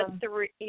three